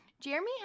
Jeremy